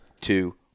two